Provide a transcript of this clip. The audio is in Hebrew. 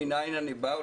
מנין אני בא,